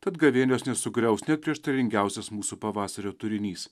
tad gavėnios nesugriaus net prieštaringiausias mūsų pavasario turinys